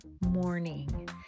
morning